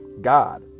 God